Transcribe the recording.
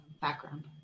background